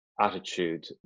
attitude